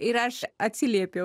ir aš atsiliepiau